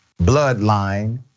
bloodline